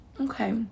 okay